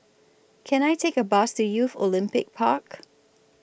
Can I Take A Bus to Youth Olympic Park